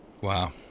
Wow